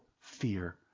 fear